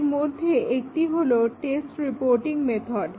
এর মধ্যে একটি হলো স্টেট রিপোর্টিং মেথড